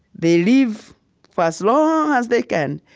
they live for as long as they can,